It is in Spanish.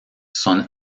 son